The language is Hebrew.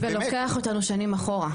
ולוקח אותנו שנים אחורה.